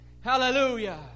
Hallelujah